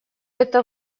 это